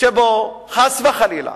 שבו חס וחלילה